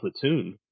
platoon